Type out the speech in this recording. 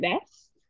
best